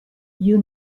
you